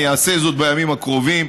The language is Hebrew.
אני אעשה זאת בימים הקרובים,